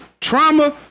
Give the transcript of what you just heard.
trauma